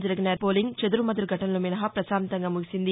జరిగిన పోలింగ్ చెదురుమదురు ఘటనలు మినహో పశాంతంగా ముగిసింది